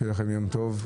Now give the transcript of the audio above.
שיהיה לכם יום טוב.